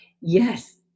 Yes